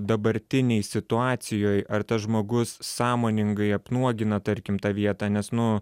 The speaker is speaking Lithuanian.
dabartinėj situacijoj ar tas žmogus sąmoningai apnuogina tarkim tą vietą nes nu